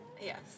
Yes